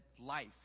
life